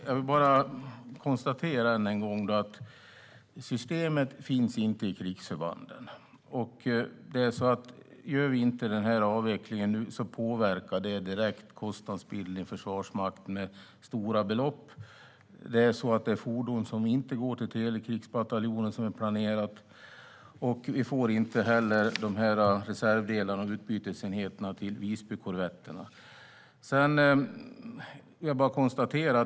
Fru talman! Jag konstaterar att systemet inte finns i krigsförbanden. Om vi inte gör avvecklingen nu påverkar det direkt kostnadsbilden i Försvarsmakten med stora belopp. Det är fordon som inte går till telekrigsbataljonen som planerat, och vi får inte heller reservdelarna och utbytesenheterna till Visbykorvetterna.